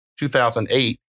2008